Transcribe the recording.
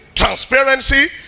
transparency